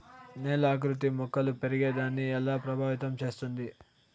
నేల ఆకృతి మొక్కలు పెరిగేదాన్ని ఎలా ప్రభావితం చేస్తుంది?